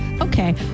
Okay